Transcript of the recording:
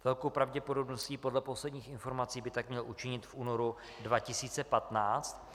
S velkou pravděpodobností podle posledních informací by tak měl učinit v únoru 2015.